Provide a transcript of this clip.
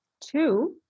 Two